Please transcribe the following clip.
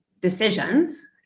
decisions